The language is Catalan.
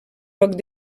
poc